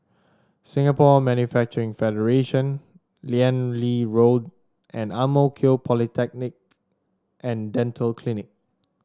Singapore Manufacturing Federation Liane Road and Ang Mo Kio Polyclinic And Dental Clinic